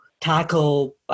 tackle